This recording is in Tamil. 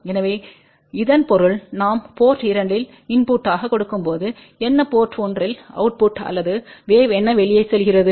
எனவே இதன் பொருள் நாம் போர்ட் 2 இல் இன்புட்டைக் கொடுக்கும்போது என்ன போர்ட் 1 இல் அவுட்புட் அல்லது வேவ் என்ன வெளியே செல்கிறது